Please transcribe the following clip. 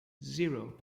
zero